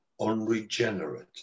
unregenerate